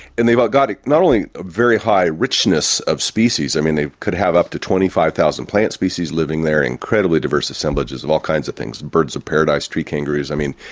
and they've got not only a very high richness of species i mean, they could have up to twenty five thousand plant species living there, incredibly diverse assemblages of all kinds of things birds-of-paradise, tree kangaroos i mean,